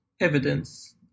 evidence